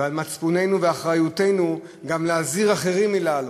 ועל מצפוננו ואחריותנו, גם להזהיר אחרים מלעלות.